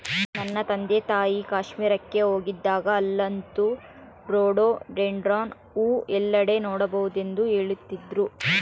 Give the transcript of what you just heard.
ನನ್ನ ತಂದೆತಾಯಿ ಕಾಶ್ಮೀರಕ್ಕೆ ಹೋಗಿದ್ದಾಗ ಅಲ್ಲಂತೂ ರೋಡೋಡೆಂಡ್ರಾನ್ ಹೂವು ಎಲ್ಲೆಡೆ ನೋಡಬಹುದೆಂದು ಹೇಳ್ತಿದ್ರು